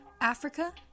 Africa